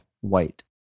white